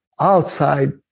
outside